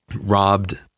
robbed